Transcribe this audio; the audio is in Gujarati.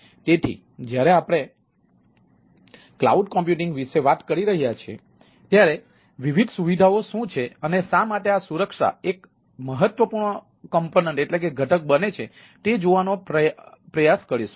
તેથી જ્યારે આપણે ક્લાઉડ કમ્પ્યુટિંગ વિશે વાત કરીએ છીએ ત્યારે આપણે વિવિધ સુવિધાઓ શું છે અને શા માટે આ સુરક્ષા એક મહત્વપૂર્ણ ઘટક બને છે તે જોવાનો પ્રયાસ કરીશું